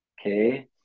Okay